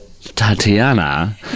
Tatiana